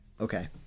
Okay